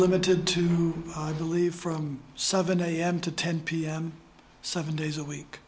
limited to i believe from seven am to ten pm seven days a week